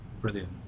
Brilliant